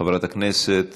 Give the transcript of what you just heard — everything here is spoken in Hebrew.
חברת הכנסת